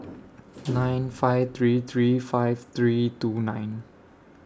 nine five three three five three two nine